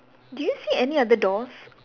do you see any other doors